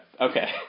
Okay